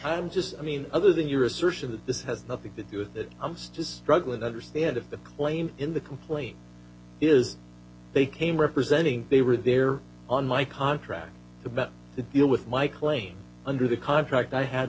i'm just i mean other than your assertion that this has nothing to do with that i'm still struggling to understand if the claim in the complaint is they came representing they were there on my contract about the deal with my claim under the contract i had